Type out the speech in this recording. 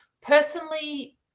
Personally